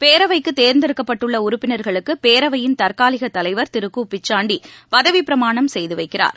பேரவைக்கு தேர்ந்தெடுக்கப்பட்டுள்ள உறுப்பினர்களுக்கு பேரவையின் தற்காலிக தலைவர் திரு கு பிச்சாண்டி பதவிப்பிரமாணம் செய்து வைக்கிறார்